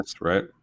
right